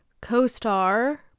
co-star